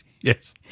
Yes